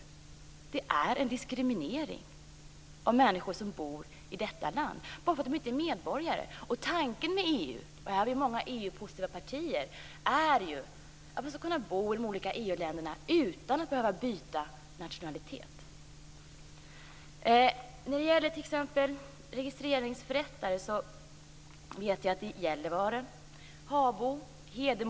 Detta är en diskriminering av människor som bor här i landet bara för att de inte är medborgare. Tanken med EU är ju enligt många EU-positiva partier att man skall kunna bo i de olika EU-länderna utan att behöva byta nationalitet.